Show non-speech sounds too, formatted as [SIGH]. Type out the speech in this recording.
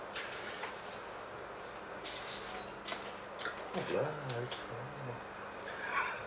!aiya! !aiya! [LAUGHS]